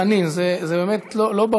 חבר הכנסת חנין, זה באמת לא ברור.